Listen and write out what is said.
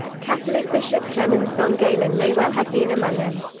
catholic bishop clemens von galen may well have been among them.